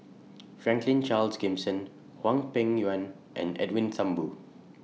Franklin Charles Gimson Hwang Peng Yuan and Edwin Thumboo